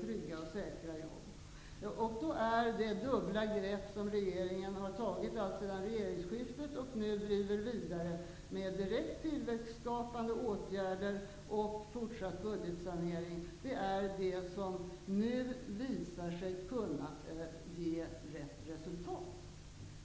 trygga och säkra sådana. Det dubbla grepp som regeringen alltsedan regeringsskiftet har tagit, och som regeringen nu driver vidare genom direkt tillväxtskapande åtgärder och fortsatt budgetsanering, visar sig nu kunna ge rätt resultat.